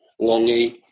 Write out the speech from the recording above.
Longy